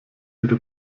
ihre